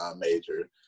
major